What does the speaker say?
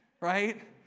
right